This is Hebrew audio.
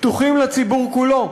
פתוחים לציבור כולו.